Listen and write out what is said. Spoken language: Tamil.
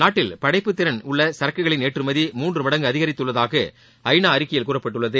நாட்டில் படைப்பு திறன் உள்ள சரக்குகளின் ஏற்றுமதி மூன்று மடங்கு அதிகரித்துள்ளதாக ஐநா அறிக்கையில் கூறப்பட்டுள்ளது